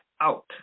out